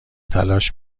تلاش